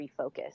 refocus